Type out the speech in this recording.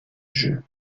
jeu